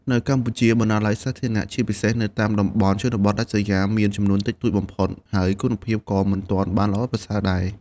នៅកម្ពុជា បណ្ណាល័យសាធារណៈ ជាពិសេសនៅតាមតំបន់ជនបទដាច់ស្រយាល មានចំនួនតិចតួចបំផុត ហើយគុណភាពក៏មិនទាន់បានល្អប្រសើរដែរ។